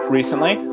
recently